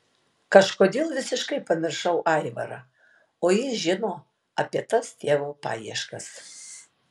kažkodėl visiškai pamiršau aivarą o jis žino apie tas tėvo paieškas